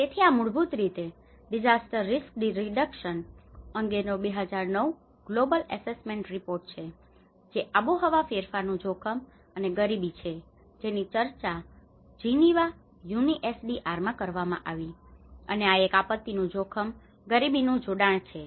તેથી આ મૂળભૂત રીતે ડીઝાસ્ટર રિસ્ક રિડકશન અંગેનો 2009 ગ્લોબલ એસેસમેન્ટ રીપોર્ટ છે જે આબોહવા ફેરફારનુ જોખમ અને ગરીબી છે જેની ચર્ચા જીનીવા UNISDRમાં કરવામાં આવી છે અને આ એક આપત્તિનુ જોખમ ગરીબીનું જોડાણ છે